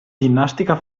ginnastica